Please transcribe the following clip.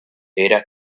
era